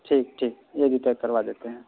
ٹھیک ٹھیک یہ بھی پیک کروا دیتے ہیں